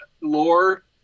lore